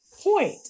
point